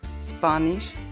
Spanish